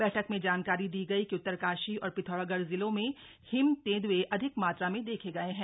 बैठक में जानकारी दी गई कि उत्तरकाशी और शिथौरागढ़ जिलों में हिम तेंदुए अधिक मात्रा में देखे गये हैं